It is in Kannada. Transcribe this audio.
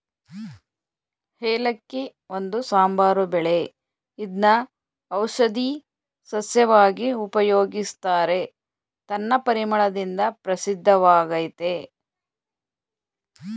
ಏಲಕ್ಕಿ ಒಂದು ಸಾಂಬಾರು ಬೆಳೆ ಇದ್ನ ಔಷಧೀ ಸಸ್ಯವಾಗಿ ಉಪಯೋಗಿಸ್ತಾರೆ ತನ್ನ ಪರಿಮಳದಿಂದ ಪ್ರಸಿದ್ಧವಾಗಯ್ತೆ